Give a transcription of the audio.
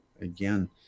again